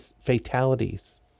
fatalities